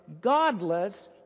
godless